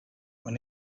when